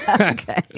Okay